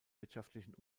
wirtschaftlichen